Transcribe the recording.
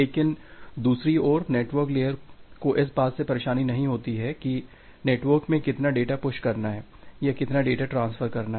लेकिन दूसरी ओर नेटवर्क लेयर को इस बात से परेशानी नहीं होती कि नेटवर्क में कितना डेटा पुश करना है या कितना डेटा ट्रांसफर करना है